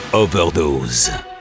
Overdose